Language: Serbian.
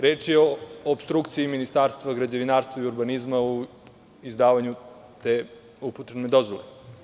Reč je o opstrukciji Ministarstva građevinarstva i urbanizma u izdavanju te upotrebne dozvole.